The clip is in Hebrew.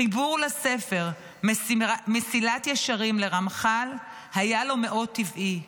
החיבור לספר מסילת ישרים לרמח"ל היה לו מאוד טבעי.